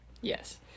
Yes